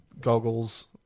goggles